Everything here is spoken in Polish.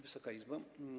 Wysoka Izbo!